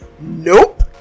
nope